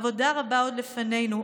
עבודה רבה עוד לפנינו,